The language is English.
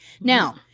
Now